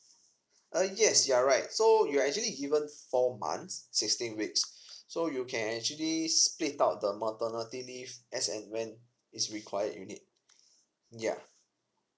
uh yes you are right so you are actually given four months sixteen weeks so you can actually split out the maternity leave as and when it's required you need yeah